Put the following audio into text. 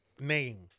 name